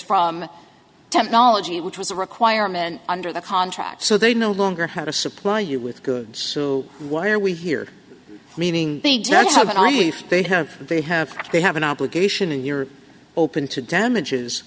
from technology which was a requirement under the contract so they no longer had to supply you with goods so what are we here meaning they don't have and i mean they have they have they have an obligation and you're open to damages